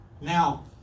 Now